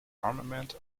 armament